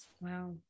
Wow